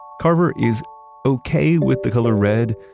carver is okay with the color red,